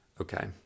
Okay